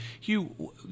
Hugh